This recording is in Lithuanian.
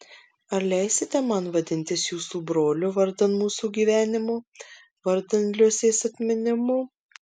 ar leisite man vadintis jūsų broliu vardan mūsų gyvenimo vardan liusės atminimo